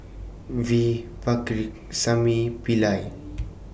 V Pakirisamy Pillai